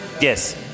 Yes